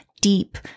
deep